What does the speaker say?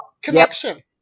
connection